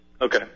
Okay